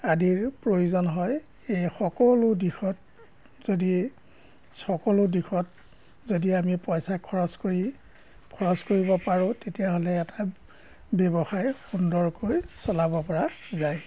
আদিৰ প্ৰয়োজন হয় এই সকলো দিশত যদি সকলো দিশত যদি আমি পইচা খৰচ কৰি খৰচ কৰিব পাৰোঁ তেতিয়াহ'লে এটা ব্যৱসায় সুন্দৰকৈ চলাব পৰা যায়